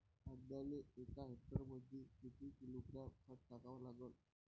कांद्याले एका हेक्टरमंदी किती किलोग्रॅम खत टाकावं लागन?